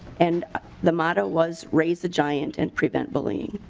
and the model was ray's the giant and prevent bowling.